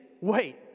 wait